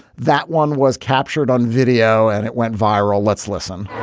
that one was captured on video and it went viral. let's listen.